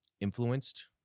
influenced